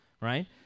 right